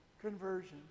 conversion